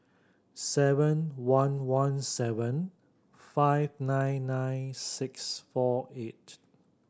seven one one seven five nine nine six four eight